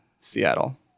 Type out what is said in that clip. Seattle